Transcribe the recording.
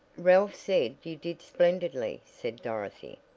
ralph said you did splendidly, said dorothy,